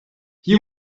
you